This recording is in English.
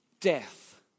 death